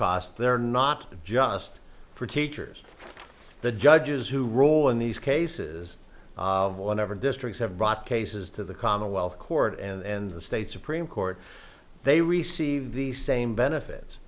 cost they're not just for teachers the judges who role in these cases of whatever districts have brought cases to the commonwealth court and the state supreme court they receive the same benefits